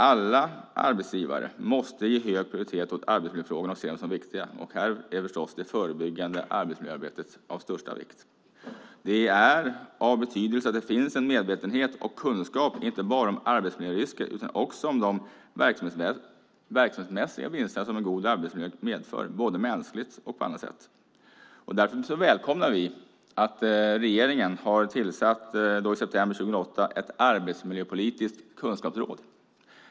Alla arbetsgivare måste ge hög prioritet åt arbetsmiljöfrågorna och se dem som viktiga. Här är förstås det förebyggande arbetsmiljöarbetet av största vikt. Det är av betydelse att det finns en medvetenhet och en kunskap, inte bara om arbetsmiljörisker utan också om de verksamhetsmässiga vinster som en god arbetsmiljö medför, både mänskligt och på annat sätt. Därför välkomnar vi att regeringen i september 2008 har tillsatt ett arbetsmiljöpolitiskt kunskapsråd.